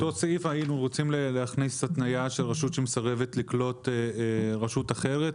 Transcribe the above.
באותו סעיף היינו רוצים להכניס התניה שרשות שמסרבת לקלוט רשות אחרת,